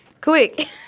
Quick